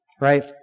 right